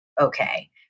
okay